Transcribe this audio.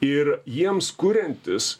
ir jiems kuriantis